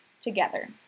together